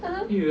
(uh huh)